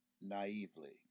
naively